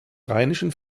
rheinischen